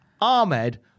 Ahmed